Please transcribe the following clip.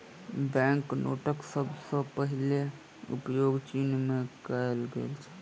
bank नोटक सभ सॅ पहिल उपयोग चीन में कएल गेल छल